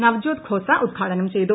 നവജ്യോത് ഖോസ ഉദ്ഘാടനം ചെയ്തു